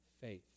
faith